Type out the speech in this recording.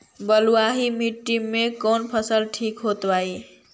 बलुआही मिट्टी में कौन फसल ठिक होतइ?